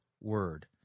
word